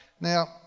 Now